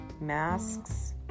masks